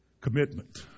Commitment